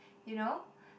you know